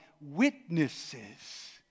witnesses